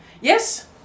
Yes